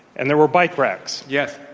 and there were bike racks. yes.